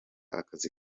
akazi